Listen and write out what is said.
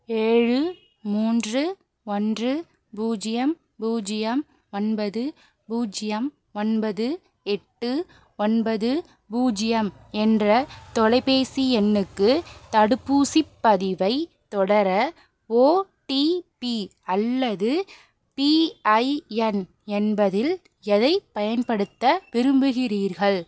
ஏழு மூன்று ஒன்று பூஜ்ஜியம் பூஜ்ஜியம் ஒன்பது பூஜ்ஜியம் ஒன்பது எட்டு ஒன்பது பூஜ்ஜியம் என்ற தொலைப்பேசி எண்ணுக்கு தடுப்பூசிப் பதிவைத் தொடர ஓடிபி அல்லது பிஐஎன் என்பதில் எதைப் பயன்படுத்த விரும்புகிறீர்கள்